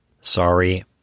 Sorry